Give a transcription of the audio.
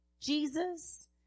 Jesus